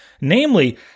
Namely